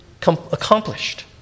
accomplished